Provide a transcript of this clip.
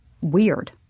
weird